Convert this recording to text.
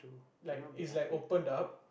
like it's like opened up